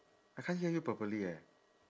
I can't hear you properly eh